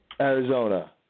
Arizona